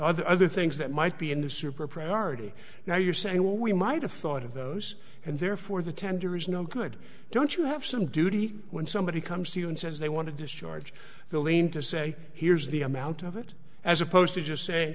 other other things that might be in the super priority now you're saying well we might have thought of those and therefore the tender is no good don't you have some duty when somebody comes to you and says they want to discharge the lien to say here's the amount of it as opposed to just say